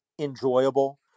enjoyable